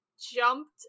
jumped